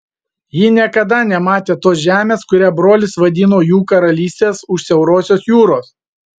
ji niekada nematė tos žemės kurią brolis vadino jų karalystės už siaurosios jūros